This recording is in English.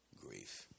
grief